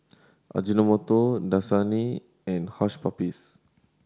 Ajinomoto Dasani and Hush Puppies